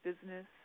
business